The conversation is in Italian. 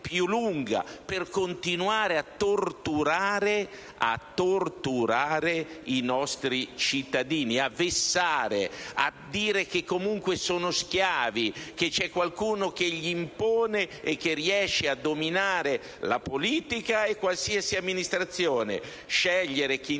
più lunga per continuare a torturare i nostri cittadini, a vessarli, a dire loro che sono schiavi perché c'è qualcuno che si impone e riesce a dominare la politica e qualsiasi amministrazione, scegliere chi indagare